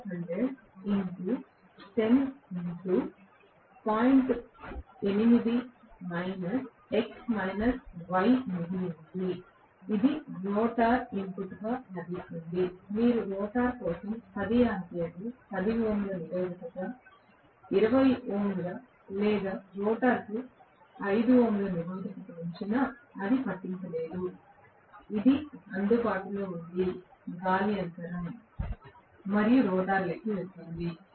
ఇది రోటర్ ఇన్పుట్గా లభిస్తుంది మీరు రోటర్ కోసం 10 ఆంపియర్ 10 Ω నిరోధకత 20 Ω లేదా రోటర్కు 5 Ω నిరోధకత ఉంచినా అది పట్టింపు లేదు ఇది అందుబాటులో ఉంది గాలి అంతరం మరియు రోటర్లోకి వెళుతుంది